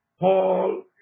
Paul